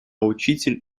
учитель